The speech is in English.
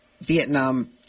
Vietnam